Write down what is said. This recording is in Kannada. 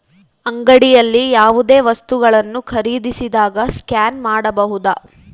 ಅಂಗಡಿಯಲ್ಲಿ ಯಾವುದೇ ವಸ್ತುಗಳನ್ನು ಖರೇದಿಸಿದಾಗ ಸ್ಕ್ಯಾನ್ ಮಾಡಬಹುದಾ?